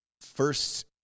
First